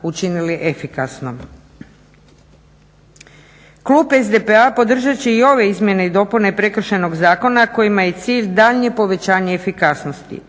učinili efikasnom. Klub SDP-a podržat će i ove izmjene i dopune Prekršajnog zakona kojima je cilj daljnje povećanje efikasnosti.